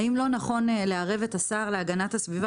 האם לא נכון לערב את השר להגנת הסביבה